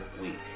week